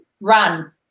run